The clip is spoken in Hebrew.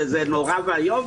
וזה נורא ואיום,